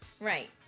right